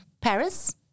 Paris